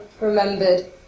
remembered